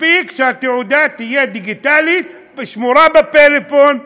מספיק שהתעודה תהיה דיגיטלית ושמורה בפלאפון,